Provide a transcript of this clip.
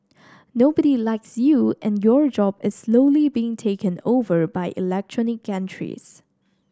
nobody likes you and your job is slowly being taken over by electronic gantries